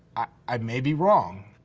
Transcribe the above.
i may be wrong,